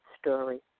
story